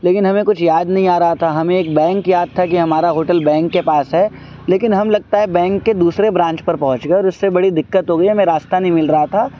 لیکن ہمیں کچھ یاد نہیں آ رہا تھا ہمیں ایک بینک یاد تھا کہ ہمارا ہوٹل بینک کے پاس ہے لیکن ہم لگتا ہے بینک کے دوسرے برانچ پر پہنچ گئے اور اس سے بڑی دقت ہو گئی ہے ہمیں راستہ نہیں مل رہا تھا